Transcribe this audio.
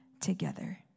together